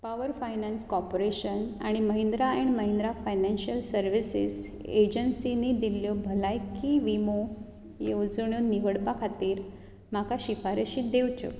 power finance corporation आनी Mahindra and Mahindra financial services एजन्सीनी दिल्ल्यो भलायकी विमो येवजण्यो निवडपा खातीर म्हाका शिफारशी दिंवच्यो